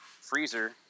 freezer